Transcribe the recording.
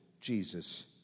Jesus